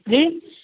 جی